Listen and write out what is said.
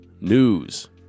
news